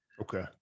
Okay